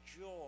joy